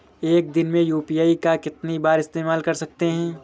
एक दिन में यू.पी.आई का कितनी बार इस्तेमाल कर सकते हैं?